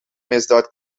misdaad